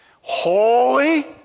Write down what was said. Holy